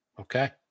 Okay